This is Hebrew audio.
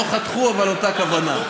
לא חתכו, אבל אותה כוונה.